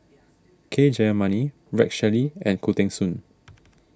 K Jayamani Rex Shelley and Khoo Teng Soon